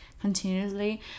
continuously